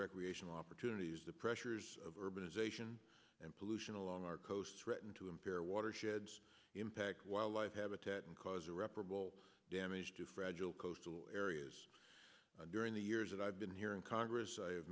recreational opportunities the pressures of urbanisation and pollution along our coast threaten to impair watersheds impact wildlife habitat and cause irreparable damage to fragile coastal areas during the years that i've been here in congress i